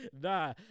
Nah